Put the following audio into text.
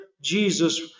Jesus